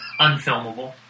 unfilmable